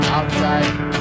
Outside